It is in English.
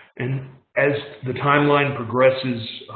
and as the timeline progresses,